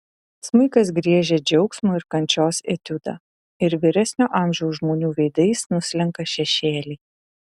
smuikas griežia džiaugsmo ir kančios etiudą ir vyresnio amžiaus žmonių veidais nuslenka šešėliai